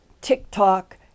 TikTok